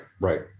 Right